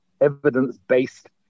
evidence-based